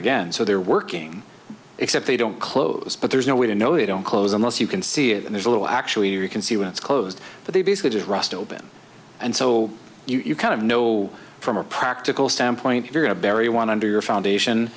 again so they're working except they don't close but there's no way to know they don't close unless you can see it and there's a little actually you can see when it's closed but they basically just rust open and so you kind of know from a practical standpoint if you're going to bury want to do your foundation